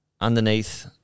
underneath